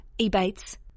eBates